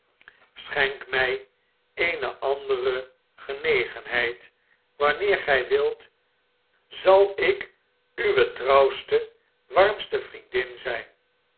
schenk mij eene andere genegenheid wanneer gij wilt zal ik uwe getrouwste warmste vriendin zijn